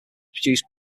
produced